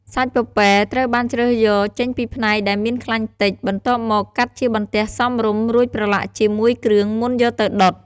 សាច់ពពែត្រូវបានជ្រើសយកចេញពីផ្នែកដែលមានខ្លាញ់តិច បន្ទាប់មកកាត់ជាបន្ទះសមរម្យ រួចប្រឡាក់ជាមួយគ្រឿងមុនយកទៅដុត។